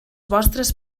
vostres